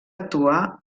actuar